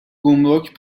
گمرک